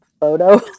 photo